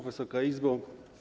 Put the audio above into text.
Wysoka Izbo!